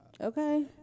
Okay